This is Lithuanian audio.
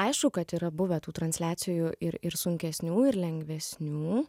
aišku kad yra buvę tų transliacijų ir ir sunkesnių ir lengvesnių